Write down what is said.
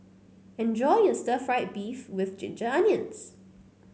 enjoy your Stir Fried Beef with Ginger Onions